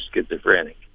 schizophrenic